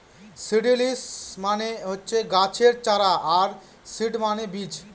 seedlings মানে হচ্ছে গাছের চারা আর সিড মানে বীজ